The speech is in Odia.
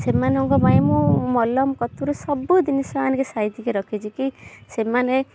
ସେମାନଙ୍କ ପାଇଁ ମୁଁ ମଲମ କତିରୁ ସବୁ ଜିନିଷ ଆଣିକି ସାଇତି କି ରଖିଛି କି ସେମାନେ